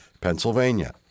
Pennsylvania